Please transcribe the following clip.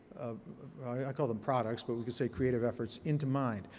i call them products. but we can say creative efforts, into mind.